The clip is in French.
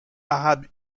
arabes